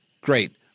great